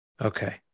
Okay